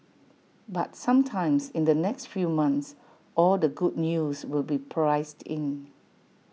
but sometimes in the next few months all the good news will be priced in